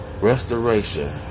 Restoration